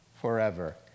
forever